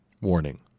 Warning